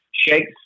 shakes